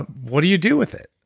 what do you do with it?